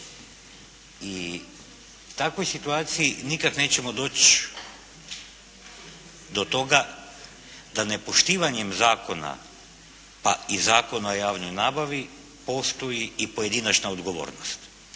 I u takvoj situaciji nikad nećemo doći do toga da nepoštivanjem zakona pa i Zakona o javnoj nabavi postoji i pojedinačna odgovornost.